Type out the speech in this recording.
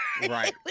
Right